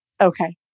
Okay